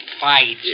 fight